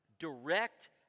direct